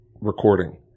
recording